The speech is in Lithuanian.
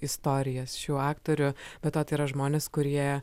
istorijas šių aktorių be to tai yra žmonės kurie